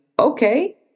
okay